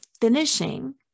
finishing